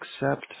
accept